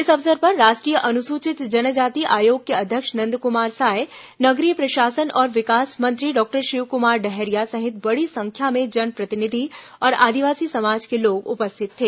इस अवसर पर राष्ट्रीय अनुसूचित जनजाति आयोग के अध्यक्ष नंदकुमार साय नगरीय प्रशासन और विकास मंत्री डॉक्टर शिवकुमार डहरिया सहित बड़ी संख्या में जनप्रतिनिधि और आदिवासी समाज के लोग उपस्थित थे